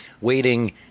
waiting